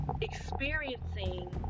experiencing